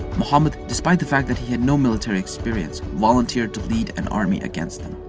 muhammad, despite the fact that he had no military experience, volunteered to lead an army against them.